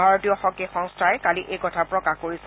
ভাৰতীয় হকী সংস্থাই কালি এই কথা প্ৰকাশ কৰিছে